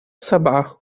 سبعة